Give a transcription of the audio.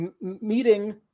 meeting